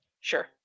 Sure